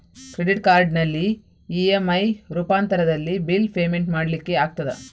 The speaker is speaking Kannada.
ಕ್ರೆಡಿಟ್ ಕಾರ್ಡಿನಲ್ಲಿ ಇ.ಎಂ.ಐ ರೂಪಾಂತರದಲ್ಲಿ ಬಿಲ್ ಪೇಮೆಂಟ್ ಮಾಡ್ಲಿಕ್ಕೆ ಆಗ್ತದ?